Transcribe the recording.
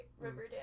Riverdale